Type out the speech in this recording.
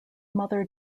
mother